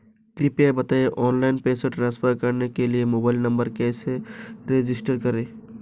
कृपया बताएं ऑनलाइन पैसे ट्रांसफर करने के लिए मोबाइल नंबर कैसे रजिस्टर करें?